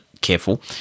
careful